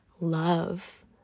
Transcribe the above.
love